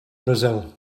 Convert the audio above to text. brazil